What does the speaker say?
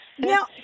Now